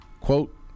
quote